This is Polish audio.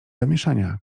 zamieszania